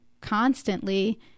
constantly